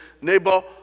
neighbor